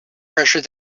pressure